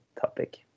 topic